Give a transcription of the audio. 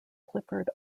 clifford